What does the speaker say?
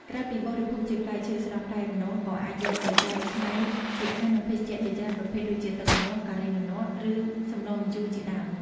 ក្រៅពីបរិភោគជាផ្លែឈើស្រស់ ផ្លែម្នាស់ក៏អាចយកទៅកែច្នៃជាអាហារ និងភេសជ្ជៈជាច្រើនប្រភេទដូចជា ទឹកម្នាស់ ការីម្នាស់ ឬ សម្លរម្ជូរ ជាដើម។